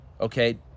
okay